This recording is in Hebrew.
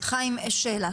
חיים, שאלה.